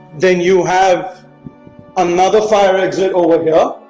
then you have another fire exit over here